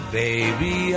baby